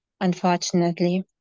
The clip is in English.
unfortunately